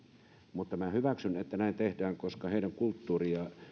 mutta hyväksyn että näin tehdään koska heidän kulttuurinsa ja